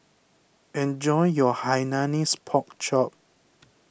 enjoy your Hainanese Pork Chop